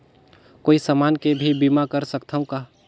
कोई समान के भी बीमा कर सकथव का?